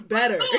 better